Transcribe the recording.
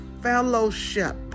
fellowship